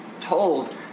told